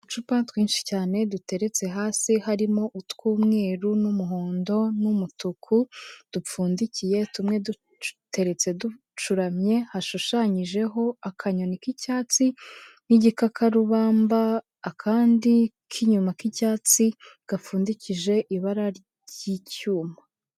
Uducupa twinshi cyane duteretse hasi harimo, utw'umweru, n'umuhondo, n'umutuku, dupfundikiye tumwe duteretse ducuramye, hashushanyijeho akanyoni k'icyatsi n'igikakarubamba, akandi k'inyuma k'icyatsi gapfundikije ibara ry'icyuma.